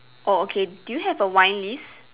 oh okay do you have a wine list